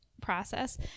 process